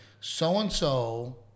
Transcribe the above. so-and-so